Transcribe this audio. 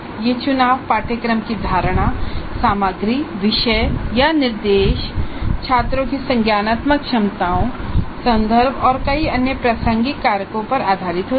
यह चुनाव पाठ्यक्रम की धारणा सामग्री विषय या निर्देश छात्रों की संज्ञानात्मक क्षमताओं संदर्भ और कई अन्य प्रासंगिक कारकों पर आधारित होते हैं